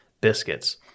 biscuits